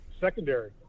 secondary